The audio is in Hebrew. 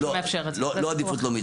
לא עדיפות לאומית.